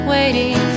Waiting